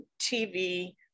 TV